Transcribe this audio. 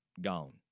Gone